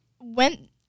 went